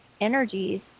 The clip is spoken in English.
energies